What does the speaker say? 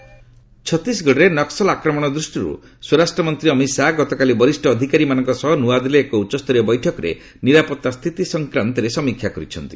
ହୋମ meet ଛତିଶଗଡରେ ନକ୍କଲ ଆକ୍ରମଣ ଦୃଷ୍ଟିରୁ ସ୍ୱରାଷ୍ଟ୍ରମନ୍ତ୍ରୀ ଅମିତ ଶାହା ଗତକାଲି ବରିଷ୍ଣ ଅଧିକାରୀମାନଙ୍କ ସହ ନୂଆଦିଲ୍ଲୀରେ ଏକ ଉଚ୍ଚସ୍ତରୀୟ ବୈଠକରେ ନିରାପତା ସ୍ଥିତି ସଂକ୍ରାନ୍ତରେ ସମୀକ୍ଷା କରିଛନ୍ତି